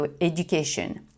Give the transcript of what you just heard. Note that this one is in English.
education